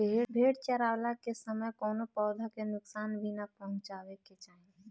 भेड़ चरावला के समय कवनो पौधा के नुकसान भी ना पहुँचावे के चाही